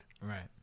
Right